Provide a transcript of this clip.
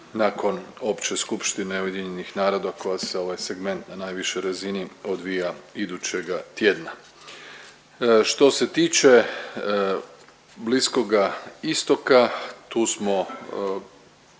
nakon Opće skupštine UN-a koja se ovaj segment na najvišoj razini odvija idućega tjedna. Što se tiče Bliskoga Istoka tu smo